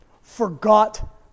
forgot